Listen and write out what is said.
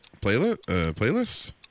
Playlist